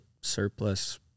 surplus